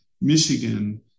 Michigan